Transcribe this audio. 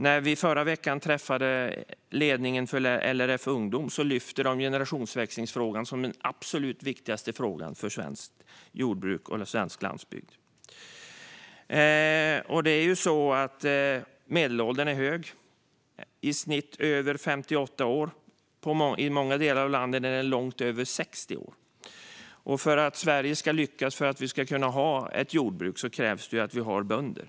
När vi i förra veckan träffade ledningen för LRF Ungdomen lyfte de generationsväxlingsfrågan som den absolut viktigaste frågan för svenskt jordbruk och svensk landsbygd. Medelåldern är hög, i snitt över 58 år, och i många delar av landet är den långt över 60 år. För att Sverige ska kunna lyckas med att ha ett jordbruk krävs det att vi har bönder.